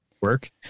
work